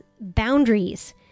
boundaries